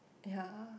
ya